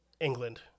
England